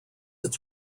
its